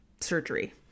surgery